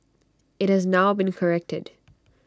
IT has now been corrected